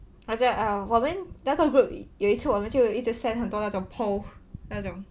after that err !wah! then 那个 group 有一次我们就一直 send 很多那种 poll 那种